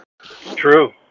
true